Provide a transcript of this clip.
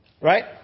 Right